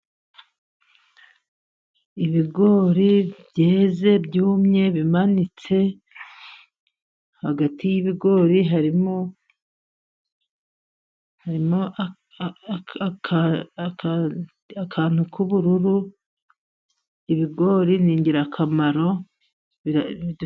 Ibigori byeze byumye bimanitse, hagati y'ibigori harimo akantu k'ubururu, ibigori ni ingirakamaro.